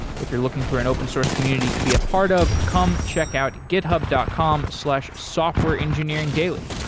if you're looking for an open source community to be a part of, come check out github dot com slash softwareengineering daily.